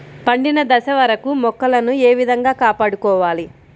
పండిన దశ వరకు మొక్కలను ఏ విధంగా కాపాడుకోవాలి?